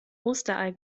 osterei